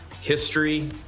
history